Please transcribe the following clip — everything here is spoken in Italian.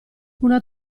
una